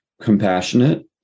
compassionate